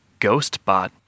GhostBot